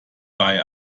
bei